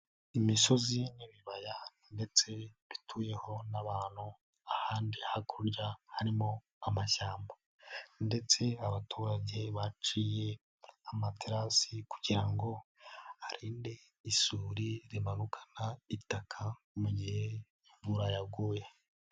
Imisozi n'ibibaya ndetse bituyeho n'abantu ahandi hakurya harimo amashyamba ndetse abaturage baciye amaterasi kugira ngo arinde isuri rimanukana itaka mu gihe imvura yaguye.